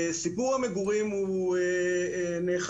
סיפור המגורים הוא נאכף,